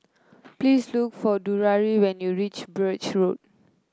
please look for Drury when you reach Birch Road